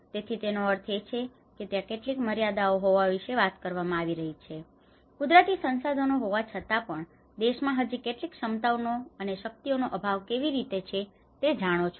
તેથી તેનો અર્થ એ છે કે ત્યાં કેટલીક મર્યાદાઓ હોવા વિશે વાત કરવામાં આવી રહી છે અને કુદરતી સંસાધનો હોવા છતાં પણ દેશમાં હજી કેટલીક ક્ષમતાઓનો અને શક્તિઓનો અભાવ કેવી રીતે છે તે તમે જાણો છો